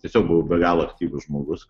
tiesiog buvau be galo aktyvus žmogus